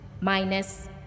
minus